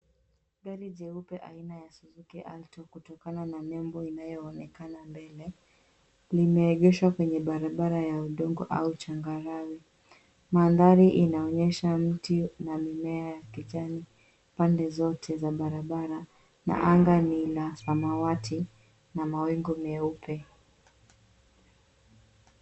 Gari jeupe aina ya Suzuki Alto kutokana na nembo inayoonekana mbele, limeegeshwa kwenye barabara ya udongo au changarawe. Mandhari inaonyesha mti na mimea ya kijani pande zote za barabara na anga ni la samawati na mawingu meupe.